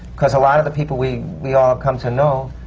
because a lot of the people we we all come to know,